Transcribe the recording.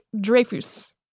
Dreyfus